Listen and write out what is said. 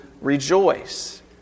rejoice